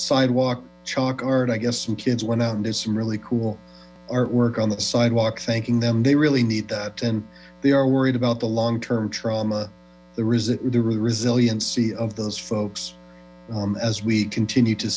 sidewalk chalk art i guess some kids went out and did some really cool artwork on the sidewalk thanking them they really need that and they are worried about the long term trauma is it the resiliency of those folks as we continue to